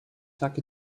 tack